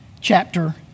chapter